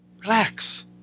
Relax